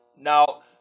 Now